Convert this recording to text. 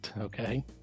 Okay